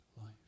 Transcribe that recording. life